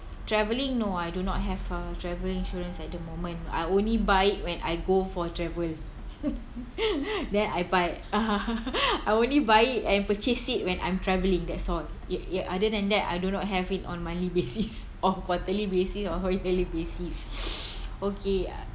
travelling no I do not have a travel insurance at the moment I only buy it when I go for travel then I buy I only buy it and purchase it when I'm traveling that's all ya ya other than that I do not have it on monthly basis or quarterly basis or daily basis okay